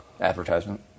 Advertisement